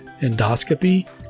endoscopy